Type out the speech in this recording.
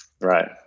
right